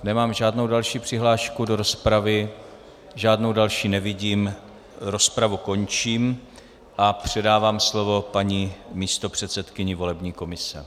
Nemám žádnou další přihlášku do rozpravy, žádnou další nevidím, rozpravu končím a předávám slovo paní místopředsedkyni volební komise.